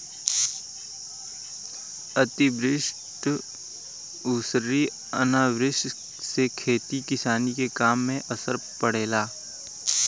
अतिवृष्टि अउरी अनावृष्टि से खेती किसानी के काम पे असर पड़ेला